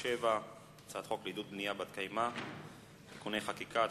לעידוד בנייה בת-קיימא (תיקוני חקיקה),